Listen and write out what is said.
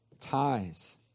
ties